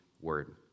word